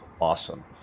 awesome